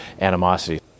animosity